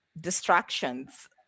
distractions